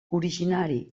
originari